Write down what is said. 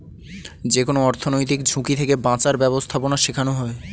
যেকোনো অর্থনৈতিক ঝুঁকি থেকে বাঁচার ব্যাবস্থাপনা শেখানো হয়